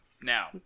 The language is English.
now